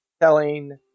telling